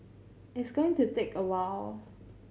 it's going to take a while